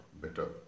better